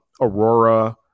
Aurora